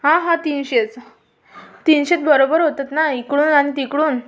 हां हां तीनशेच तीनशेत बरोबर होतात ना इकडून आणि तिकडून